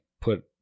put